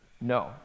No